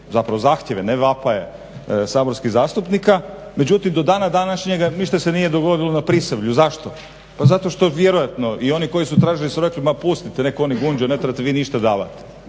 zapravo zahtjeve ne vapaje saborskih zastupnika međutim do dana današnjega ništa se nije dogodilo na Prisavlju. Zašto? Pa zato što vjerojatno i oni koji su tražili su rekli ma pustite nek oni gunđaju, ne trebate vi ništa davati.